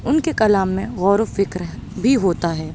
اُن کے کلام میں غور و فکر بھی ہوتا ہے